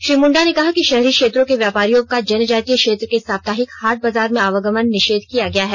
श्री मुंडा ने कहा कि शहरी क्षेत्रों के व्यापारियों का जनजातीय क्षेत्र के साप्ताहिक हाट बाजार में आवागमन निषेध किया गया है